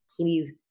Please